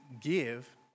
give